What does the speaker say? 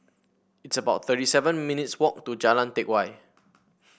it's about thirty seven minutes' walk to Jalan Teck Whye